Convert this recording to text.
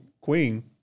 Queen